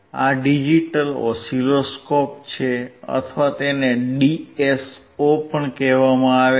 આ digital oscilloscope છે અથવા તેને DSO પણ કહેવામાં આવે છે